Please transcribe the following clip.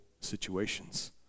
situations